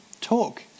Talk